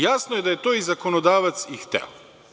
Jasno je da je to zakonodavac i hteo.